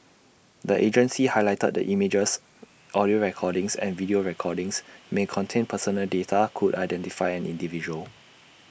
the agency highlighted that images audio recordings and video recordings may contain personal data could identify an individual